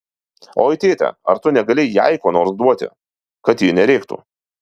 oi tėte ar tu negali jai ko nors duoti kad ji nerėktų